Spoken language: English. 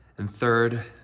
and third,